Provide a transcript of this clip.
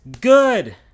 good